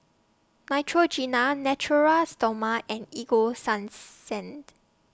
Neutrogena Natura Stoma and Ego Sunsense